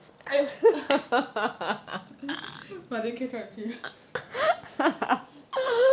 but didn't catch up with him